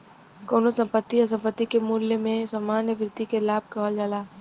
कउनो संपत्ति या संपत्ति के मूल्य में सामान्य वृद्धि के लाभ कहल जाला